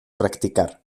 practicar